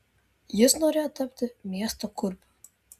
jis norėjo tapti miesto kurpium